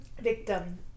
Victim